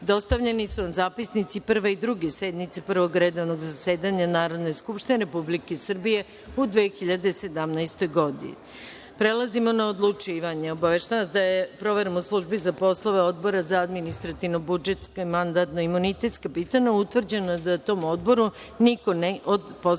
sednice. Dostavljeni su vam zapisnici Prve i Druge sednice Prvog redovnog zasedanja Narodne skupštine Republike Srbije u 2017. godini. Prelazimo na odlučivanje. Obaveštavam vas da je proverom u službi za poslove Odbora za administrativno-budžetska i mandatno-imunitetska pitanja utvrđeno da tom Odboru niko od poslanika